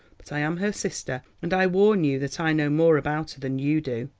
but i am her sister, and i warn you that i know more about her than you do.